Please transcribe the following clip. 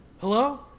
Hello